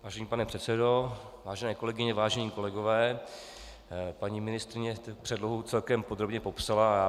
Vážený pane předsedo, vážené kolegyně, vážení kolegové, paní ministryně předlohu celkem podrobně popsala.